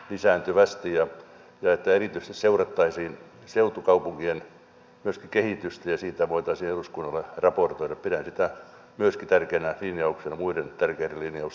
myöskin sitä että erityisesti seurattaisiin seutukaupunkien kehitystä ja siitä voitaisiin eduskunnalle raportoida pidän tärkeänä linjauksena muiden tärkeiden linjausten ohella